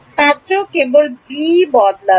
ছাত্র কেবল b বদলাবে